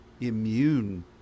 immune